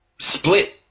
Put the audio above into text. split